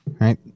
right